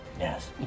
Yes